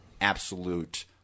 absolute